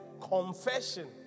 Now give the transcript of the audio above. confession